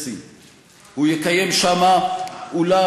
הוא יקים שם מרכז קונגרסים,